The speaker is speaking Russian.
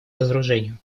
разоружению